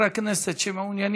מאת חברת הכנסת מיכל